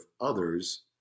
others